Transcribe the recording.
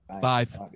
five